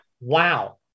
wow